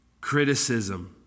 criticism